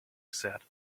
said